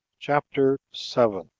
chapter seven.